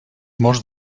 molts